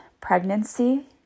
pregnancy